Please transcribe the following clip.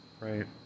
Right